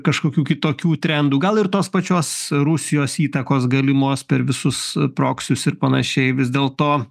kažkokių kitokių trendų gal ir tos pačios rusijos įtakos galimos per visus proksius ir panašiai vis dėlto